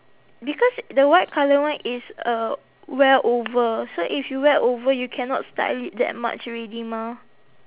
because the white colour one is a wear over so if you wear over you cannot style it that much already mah